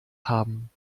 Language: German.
haben